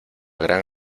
gran